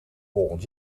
volgend